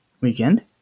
weekend